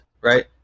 right